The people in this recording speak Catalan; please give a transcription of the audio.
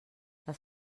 les